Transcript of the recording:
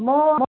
म